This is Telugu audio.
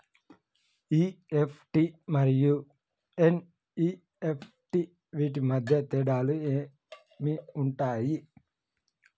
ఇ.ఎఫ్.టి మరియు ఎన్.ఇ.ఎఫ్.టి వీటి మధ్య తేడాలు ఏమి ఉంటాయి?